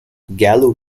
gallo